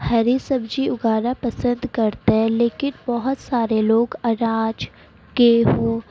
ہری سبزی اگانا پسند کرتے ہیں لیکن بہت سارے لوگ اناج گیہوں